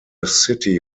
city